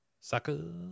Sucker